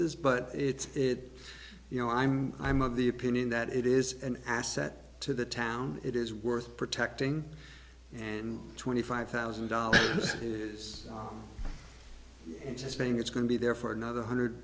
this but it's you know i'm i'm of the opinion that it is an asset to the town it is worth protecting and twenty five thousand dollars is insisting it's going to be there for another one hundred